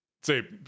say